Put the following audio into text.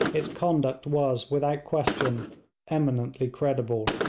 its conduct was without question eminently creditable.